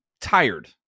tired